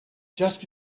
just